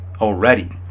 already